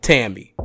Tammy